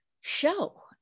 show